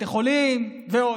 בתי חולים ועוד.